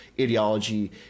ideology